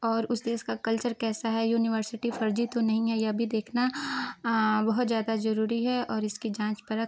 और उस देश का कल्चर कैसा है यूनिवर्सिटी फ़र्ज़ी तो नहीं है यह भी देखना बहुत ज़्यादा ज़रूरी है और इसकी जाँच परख